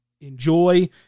enjoy